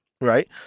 Right